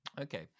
Okay